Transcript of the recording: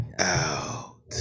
out